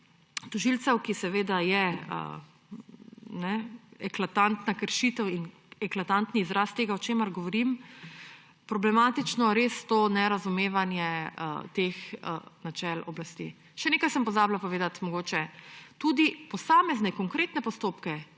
tožilcev, ki seveda je eklatantna kršitev in eklatantni izraz tega, o čemer govorim, problematično res to nerazumevanje teh načel oblasti. Še nekaj sem mogoče pozabila povedati. Tudi posamezne, konkretne postopke